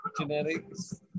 Genetics